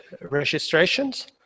registrations